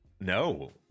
No